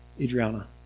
Adriana